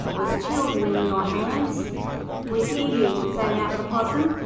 was children in your hands we hear you sang out the possum,